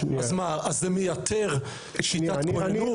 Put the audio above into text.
אז זה מייתר שיטת כוננות,